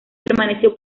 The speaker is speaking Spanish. permaneció